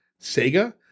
Sega